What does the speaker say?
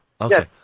Okay